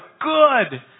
Good